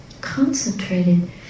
concentrated